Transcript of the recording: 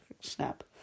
snap